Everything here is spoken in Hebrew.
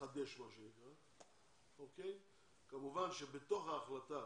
תתחדש מה שנקרא, כמובן שבתוך ההחלטה